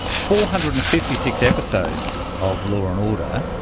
four hundred and fifty six episodes of law and order.